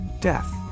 death